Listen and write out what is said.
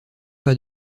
pas